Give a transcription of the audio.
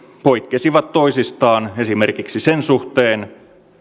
poikkesivat toisistaan esimerkiksi sen suhteen